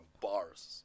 Bars